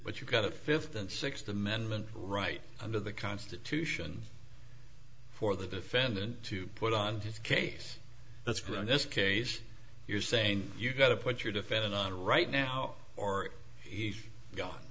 but you've got a fifth and sixth amendment right under the constitution for the defendant to put on his case that's growing this case you're saying you've got to put your defendant on right now or he's gone